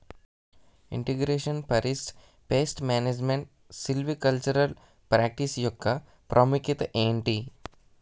integration forest pest management silvicultural practice యెక్క ప్రాముఖ్యత ఏంటి